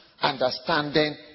Understanding